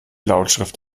lautschrift